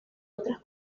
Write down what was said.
otras